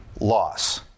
loss